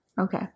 okay